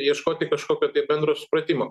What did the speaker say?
ieškoti kažkokio tai bendro supratimo